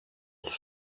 τους